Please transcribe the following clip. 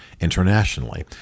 internationally